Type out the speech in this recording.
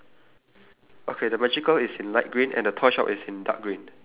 ya then below that there's a magical toy shop which is in green colour